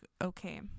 okay